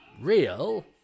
real